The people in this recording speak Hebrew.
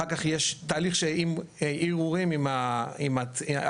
אחר כך יש תהליכים של ערעורים על הציונים.